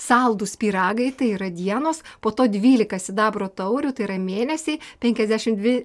saldūs pyragai tai yra dienos po to dvylika sidabro taurių tai yra mėnesiai penkiasdešim dvi